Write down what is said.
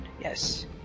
Yes